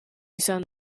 izan